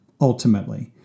ultimately